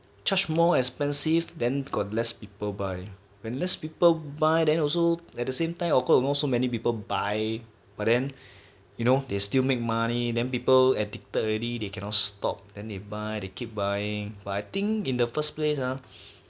charge more expensive then got less people buy when less people buy then also at the same time of course also so many people buy but then you know they still make money then people addicted already they cannot stop then they buy they keep buying but I think in the first place ah